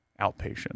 outpatient